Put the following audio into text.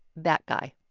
that guy.